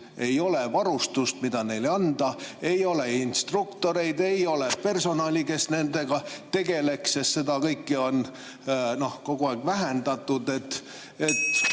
ei ole varustust, mida neile anda, ei ole instruktoreid, ei ole personali, kes nendega tegeleks, sest seda kõike on kogu aeg vähendatud.